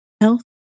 health